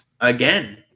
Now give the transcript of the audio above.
again